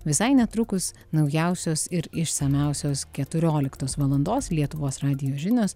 visai netrukus naujausios ir išsamiausios keturioliktos valandos lietuvos radijo žinios